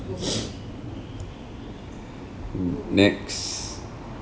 mm next